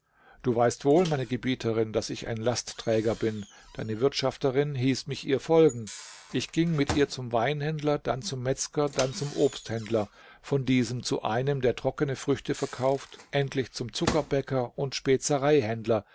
du weißt wohl meine gebieterin daß ich ein lastträger bin deine wirtschafterin hieß mich ihr folgen ich ging mit ihr zum weinhändler dann zum metzger dann zum obsthändler von diesem zu einem der trockene früchte verkauft endlich zum zuckerbäcker und